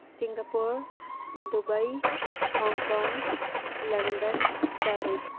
Singapore Dubai Hong Kong London Paris